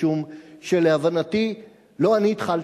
משום שלהבנתי לא אני התחלתי.